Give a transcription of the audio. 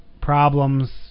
Problems